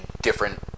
different